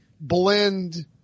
blend